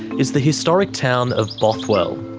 is the historic town of bothwell.